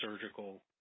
surgical